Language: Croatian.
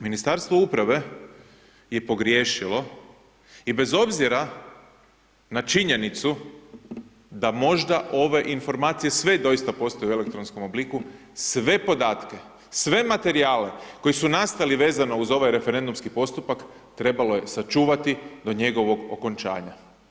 Ministarstvo uprave je pogriješilo i bez obzira na činjenicu da možda ove informacije sve doista postoje u elektronskom obliku, sve podatke, sve materijale koji su nastali vezano uz ovaj referendumski postupak, trebalo je sačuvati do njegovog okončanja.